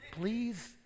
Please